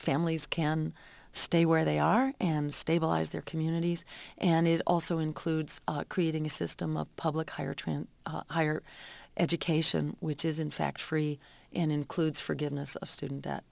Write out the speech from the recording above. families can stay where they are and stabilize their communities and it also includes creating a system of public higher trant higher education which is in fact free and includes forgiveness of student